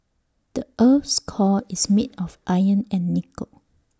the Earth's core is made of iron and nickel